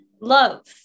love